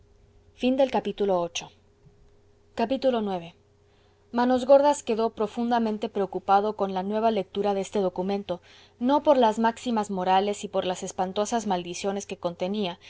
del ef ix manos gordas quedó profundamente preocupado con la nueva lectura de este documento no por las máximas morales y por las espantosas maldiciones que contenía